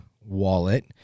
wallet